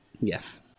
Yes